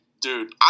dude